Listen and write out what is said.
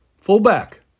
Fullback